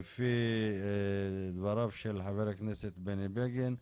על פי דבריו של חבר הכנסת בני בגין.